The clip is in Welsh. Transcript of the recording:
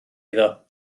iddo